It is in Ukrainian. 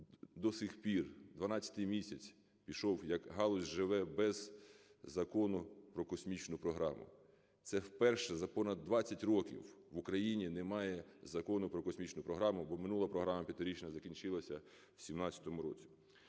до сих пір 12 місяць пішов, як галузь живе без Закону про космічну програму? Це вперше за понад 20 років в Україні немає Закону про космічну програму, бо минула програма п'ятирічна закінчилася в 17-му році.